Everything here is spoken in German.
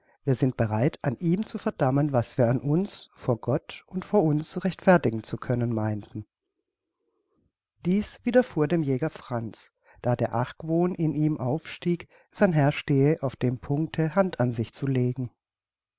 wir sind bereit an ihm zu verdammen was wir an uns vor gott und vor uns rechtfertigen zu können meinten dieß widerfuhr dem jäger franz da der argwohn in ihm aufstieg sein herr stehe auf dem puncte hand an sich zu legen